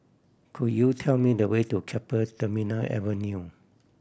could you tell me the way to Keppel Terminal Avenue